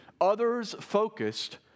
others-focused